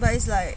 but it's like